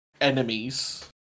enemies